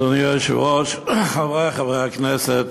אדוני היושב-ראש, חברי חברי הכנסת,